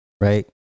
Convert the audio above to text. right